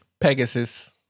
Pegasus